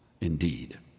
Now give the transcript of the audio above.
Indeed